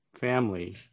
Family